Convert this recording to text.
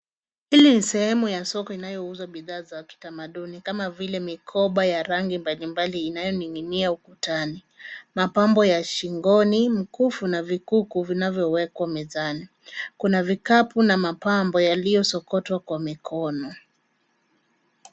Hili ni sehemu ya soko inayo uza bidhaa za kitamaduni kama vile mikoba ya rangi mbali mbali inayo ninginia ukutani. Mapambo ya shingoni mkufu na vikuku vinavyowekwa mezani kuna vikapu na mapambo yaliyo sokotwa kwa mikono.